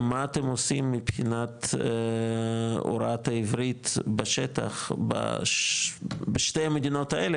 מה אתם עושים מבחינת הוראת העברית בשטח בשתי המדינות האלו,